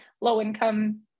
low-income